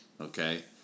okay